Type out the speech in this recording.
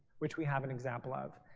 which we have an example of.